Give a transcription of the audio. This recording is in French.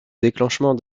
déclenchement